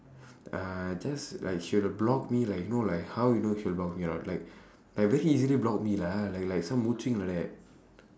uh just like she'll block me like know like you know like how she'll block me or not like like very easily block me lah like like some like that